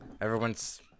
everyone's